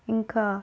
ఇంకా